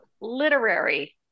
literary